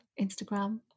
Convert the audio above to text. instagram